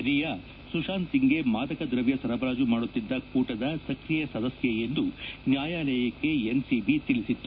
ರಿಯಾ ಸುಶಾಂತ್ ಸಿಂಗ್ಗೆ ಮಾದಕ ದ್ರವ್ಯ ಸರಬರಾಜು ಮಾಡುತ್ತಿದ್ದ ಕೂಟದ ಸಕ್ರಿಯ ಸದಸ್ಯೆ ಎಂದು ನ್ಯಾಯಾಲಯಕ್ಕೆ ಎನ್ಸಿಬಿ ತಿಳಿಸಿತ್ತು